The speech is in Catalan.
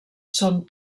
són